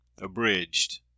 abridged